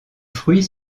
fruits